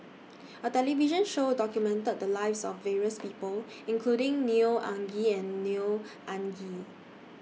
A television Show documented The Lives of various People including Neo Anngee and Neo Anngee